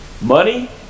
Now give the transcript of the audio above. money